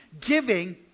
giving